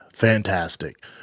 Fantastic